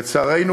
לצערנו,